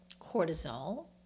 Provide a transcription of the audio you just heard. cortisol